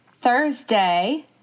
Thursday